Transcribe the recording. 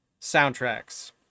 soundtracks